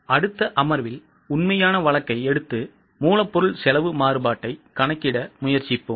அடுத்த அமர்வில் உண்மையான வழக்கை எடுத்து மூலப்பொருள் செலவு மாறுபாட்டைக் கணக்கிட முயற்சிப்போம்